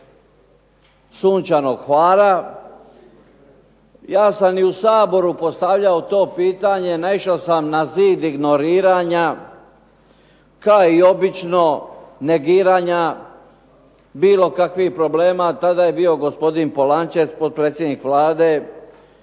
Sunčanog Hvara. Ja sam i u Saboru postavljao to pitanje, naišao sam na zid ignoriranja, kao i obično negiranja bilo kakvih problema. Tada je bio gospodin Polančec potpredsjednik Vlade.